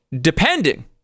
depending